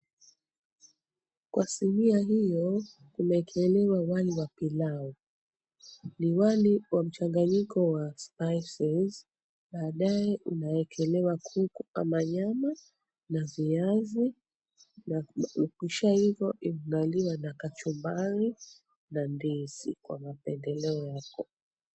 Kwa sinia hiyo kumekelewa wali wa pilau. Ni wali wa mchanganyiko wa spices , baadaye unaekelewa kuku ama nyama na viazi. Na ukishaiva unaliwa na kachumbari na ndizi kwa mapendeleo yako.